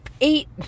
eight